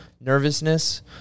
nervousness